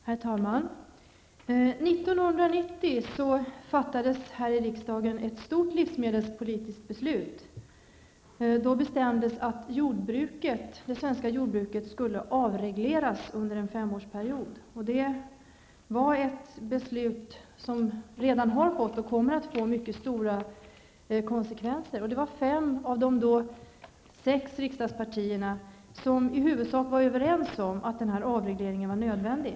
Herr talman! 1990 fattades här i riksdagen ett stort livsmedelspolitiskt beslut. Då bestämdes att det svenska jordbruket skulle avregleras under en femårsperiod, och det var ett beslut som redan har fått och kommer att få mycket stora konsekvenser. Det var fem av de då sex riksdagspartierna som i huvudsak var överens om att avregleringen var nödvändig.